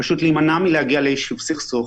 להימנע מלהגיע ליישוב סכסוך,